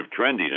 trendiness